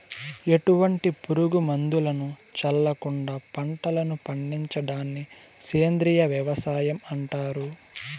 ఎటువంటి పురుగు మందులను చల్లకుండ పంటలను పండించడాన్ని సేంద్రీయ వ్యవసాయం అంటారు